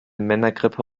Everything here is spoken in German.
männergrippe